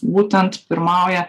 būtent pirmauja